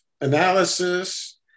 analysis